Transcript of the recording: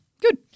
Good